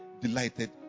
delighted